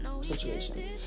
situation